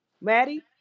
Maddie